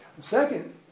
Second